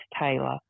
Taylor